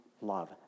love